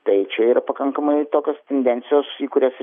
tai čia yra pakankamai tokios tendencijos į kurias